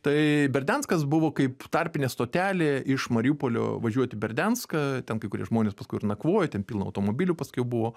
tai berdianskas buvo kaip tarpinė stotelė iš mariupolio važiuot į berdianską ten kai kurie žmonės paskui ir nakvojo ten pilna automobilių paskiau buvo